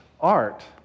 art